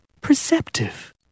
perceptive